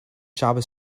job